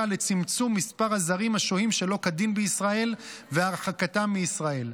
לצמצום מספר הזרים השוהים שלא כדין בישראל והרחקתם מישראל.